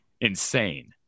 insane